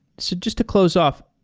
so just to close off,